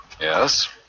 Yes